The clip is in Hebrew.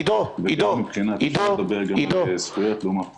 עידו ----- ואפשר לדבר גם על זכויות לעומת חובות,